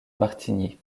martigny